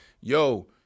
yo